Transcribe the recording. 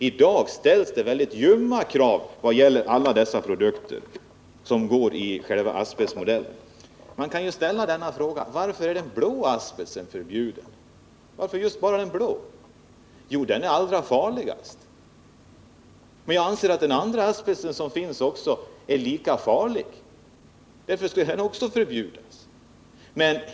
I dag ställs det väldigt ljumma krav vad gäller alla dessa produkter som behandlas enligt själva asbestmodellen. Man kan ställa frågan: Varför är bara den blå asbesten förbjuden? Jo, den anses allra farligast. Men jag anser att den andra asbesten är lika farlig, och därför skulle den också förbjudas.